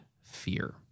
Fear